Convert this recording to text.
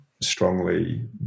strongly